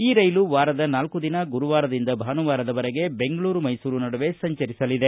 ಈ ರೈಲು ವಾರದ ನಾಲ್ಕು ದಿನ ಗುರುವಾರದಿಂದ ಭಾನುವಾರದವರೆಗೆ ದೆಂಗಳೂರು ಮೈಸೂರು ನಡುವೆ ಸಂಚರಿಸಲಿದೆ